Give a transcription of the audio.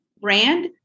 brand